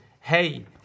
hey